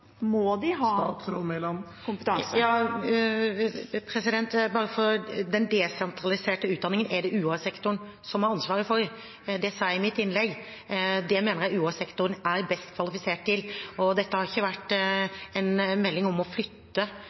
må de ha kompetanse. Den desentraliserte utdanningen er det UH-sektoren som har ansvar for. Det sa jeg i mitt innlegg. Det mener jeg UH-sektoren er best kvalifisert til. Dette har ikke vært en melding om å flytte